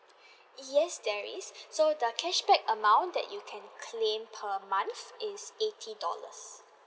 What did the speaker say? yes there is so the cashback amount that you can claim per month is eighty dollars